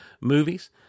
movies